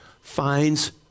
finds